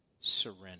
surrender